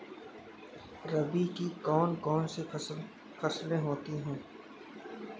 रबी की कौन कौन सी फसलें होती हैं?